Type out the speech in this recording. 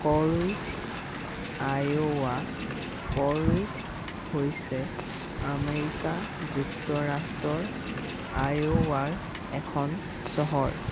Corwith Iowa Corwith হৈছে America যুক্তৰাষ্ট্ৰৰ আইঅ'ৱাৰ এখন চহৰ